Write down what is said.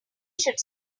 should